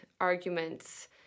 arguments